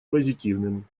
позитивным